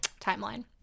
timeline